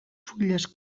fulles